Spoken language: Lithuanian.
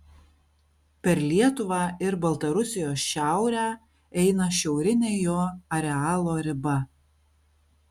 per lietuvą ir baltarusijos šiaurę eina šiaurinė jo arealo riba